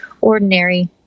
ordinary